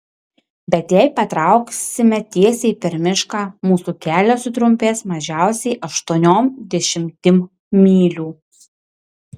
bet jei patrauksime tiesiai per mišką mūsų kelias sutrumpės mažiausiai aštuoniom dešimtim mylių